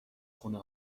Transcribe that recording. خونه